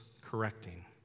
correcting